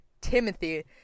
Timothy